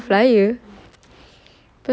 ayah sekarang sudah tahu flyer